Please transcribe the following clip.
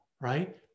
right